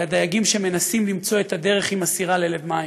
אלא דייגים שמנסים למצוא את הדרך עם הסירה ללב מים,